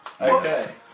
Okay